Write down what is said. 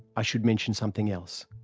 i should mention something else.